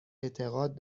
اعتقاد